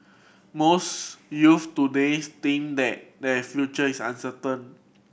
most youth today think that their future is uncertain